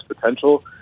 potential